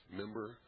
member